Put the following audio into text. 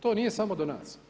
To nije samo do nas.